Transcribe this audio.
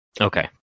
Okay